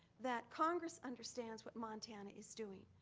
that congress understands what montana is doing.